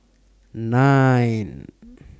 nine